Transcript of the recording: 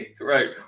Right